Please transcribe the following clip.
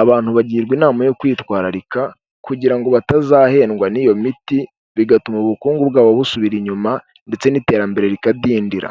abantu bagirwa inama yo kwitwararika kugira ngo batazahendwa n'iyo miti, bigatuma ubukungu bwabo busubira inyuma ndetse n'iterambere rikadindira.